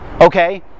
okay